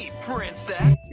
princess